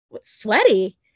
sweaty